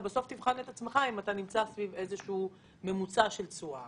אתה בסוף תבחן את עצמך אם אתה נמצא סביב איזה שהוא ממוצע של תשואה